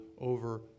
over